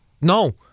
no